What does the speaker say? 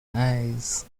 eyes